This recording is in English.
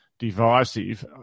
divisive